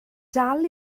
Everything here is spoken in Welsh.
dal